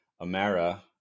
Amara